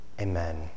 amen